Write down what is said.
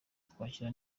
twakira